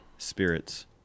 spirits